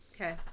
Okay